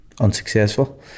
unsuccessful